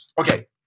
Okay